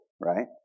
right